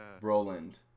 Roland